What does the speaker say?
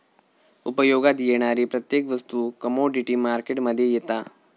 उपयोगात येणारी प्रत्येक वस्तू कमोडीटी मार्केट मध्ये येता